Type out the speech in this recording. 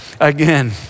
Again